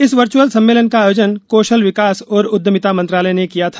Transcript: इस वर्चुअल सम्मेलन का आयोजन कौशल विकास और उद्यमिता मंत्रालय ने किया था